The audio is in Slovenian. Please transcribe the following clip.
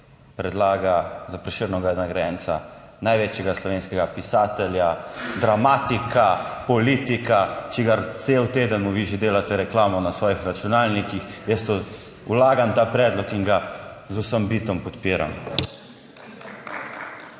predlaga za Prešernovega nagrajenca največjega slovenskega pisatelja, dramatika, politika, čigar cel teden mu vi že delate reklamo na svojih računalnikih. Jaz vlagam ta predlog in ga z vsem bitom podpiram.